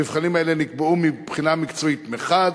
המבחנים האלה נקבעו מבחינה מקצועית מחד,